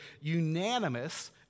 unanimous